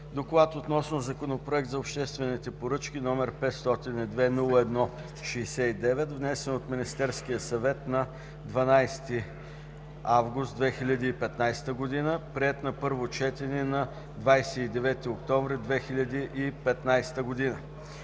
Доклад относно Законопроект за обществените поръчки, № 502-01-69, внесен от Министерския съвет на 12 август 2015 г., приет на първо четене на 29 октомври 2015 г.